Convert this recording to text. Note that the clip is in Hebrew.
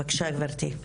בבקשה גבירתי.